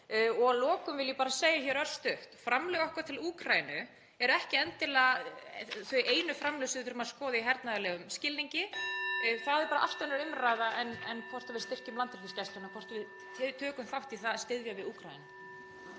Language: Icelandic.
Að lokum vil ég bara segja örstutt: Framlög okkar til Úkraínu eru ekki endilega einu framlögin sem við þurfum að skoða í hernaðarlegum skilningi. Það er bara allt önnur umræða en hvort við styrkjum Landhelgisgæsluna, það hvort við tökum þátt í að styðja við Úkraínu.